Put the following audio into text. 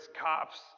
cops